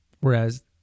Whereas